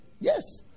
Yes